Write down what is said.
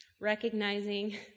recognizing